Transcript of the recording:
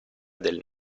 del